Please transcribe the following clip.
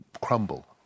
crumble